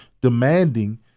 demanding